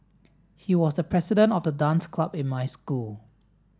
he was the president of the dance club in my school